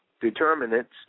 Determinants